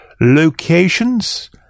locations